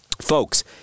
folks